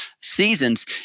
seasons